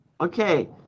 Okay